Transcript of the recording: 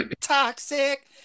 Toxic